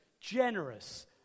Generous